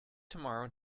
tomorrow